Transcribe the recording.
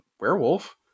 werewolf